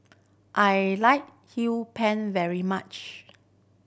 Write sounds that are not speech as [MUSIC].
I like [UNINTELLIGIBLE] pan very much